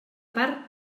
part